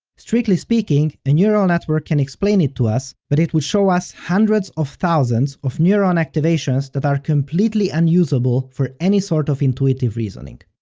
strictly speaking, a neural network can explain it to us, but it would show us hundreds of thousands of neuron activations that are completely unusable for any sort of intuitive reasoning.